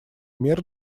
мер